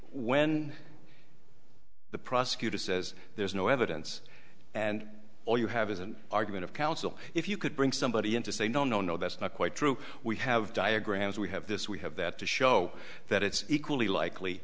when the prosecutor says there's no evidence and all you have is an argument of counsel if you could bring somebody in to say no no no that's not quite true we have diagrams we have this we have that to show that it's equally likely